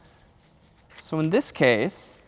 so in this case,